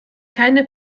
keine